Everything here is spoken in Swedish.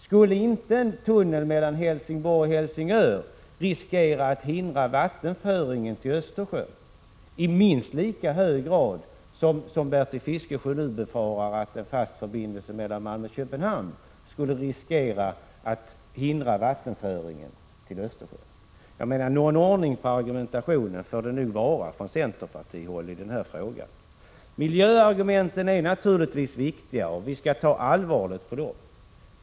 Skulle inte en tunnel mellan Helsingborg och Helsingör riskera att hindra vattenföringen till Östersjön i minst lika hög grad som Bertil Fiskesjö nu befarar att en fast förbindelse mellan Malmö och Köpenhamn skulle göra? Någon ordning på argumentationen får det nog vara från centerpartihåll i den här frågan! Miljöargumenten är naturligtvis viktiga, och vi skall ta allvarligt på dem.